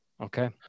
Okay